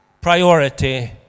priority